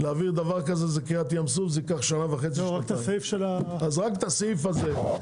שיגיד למה מהנדסת סיגל